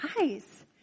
eyes